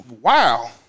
Wow